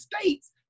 states